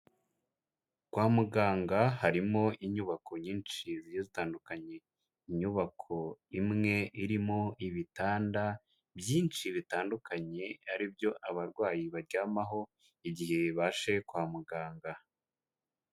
Kwa muganga harimo inyubako nyinshi zigiye zitandukanye inyubako imwe irimo ibitanda byinshi bitandukanye ari byo abarwayi baryamaho igihe baje kwa muganga.